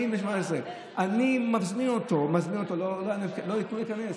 אני מזמין אותו לא ייתנו לו להיכנס,